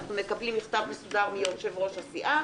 אנחנו מקבלים מכתב מסודר מיושב-ראש הסיעה,